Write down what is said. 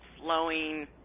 flowing